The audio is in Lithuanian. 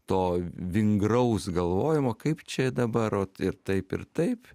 to vingraus galvojimo kaip čia dabar vat ir taip ir taip